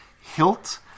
hilt